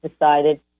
decided